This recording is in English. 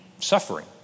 suffering